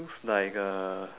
looks like uh